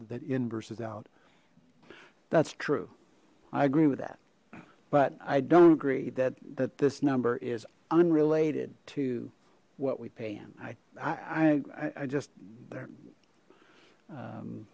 that in versus out that's true i agree with that but i don't agree that that this number is unrelated to what we pay in i i just